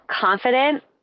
confident